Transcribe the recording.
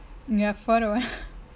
near photo